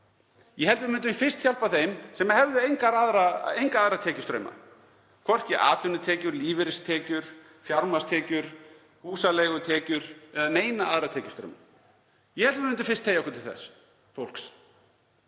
Ég held að við myndum fyrst hjálpa þeim sem hefðu enga aðra tekjustrauma, hvorki atvinnutekjur, lífeyristekjur, fjármagnstekjur, húsaleigutekjur né neina aðra tekjustrauma. Ég held að við myndum fyrst teygja okkur til þess fólks.